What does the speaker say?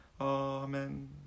Amen